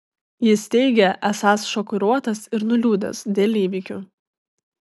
jis teigė esąs šokiruotas ir nuliūdęs dėl įvykių